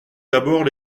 d’abord